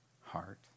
heart